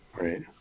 Right